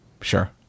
Sure